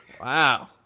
Wow